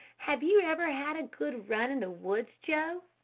have you ever had a good run in the woods, joe?